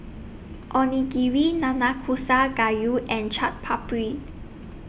Onigiri Nanakusa Gayu and Chaat Papri